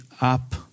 up